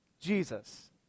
Jesus